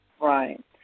Right